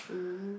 mm